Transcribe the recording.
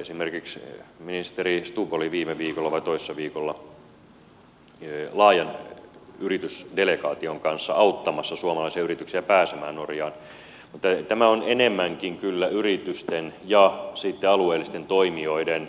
esimerkiksi ministeri stubb oli viime viikolla vai toissa viikolla laajan yritysdelegaation kanssa auttamassa suomalaisia yrityksiä pääsemään norjaan mutta tämä on enemmänkin kyllä yritysten ja alueellisten toimijoiden